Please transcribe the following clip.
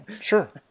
Sure